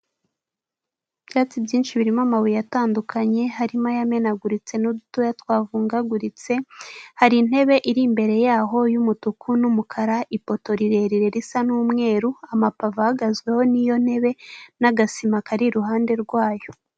Ibyatsi byinshi birimo amabuye atandukanye harimo ayamenaguritse n'udutoya twavungaguritse, hari intebe iri imbere yaho y'umutuku n'umukara ipoto rirerire risa n'umweru amapavu ahagazweho n'iyo ntebe n'agasima kari iruhande rwayo.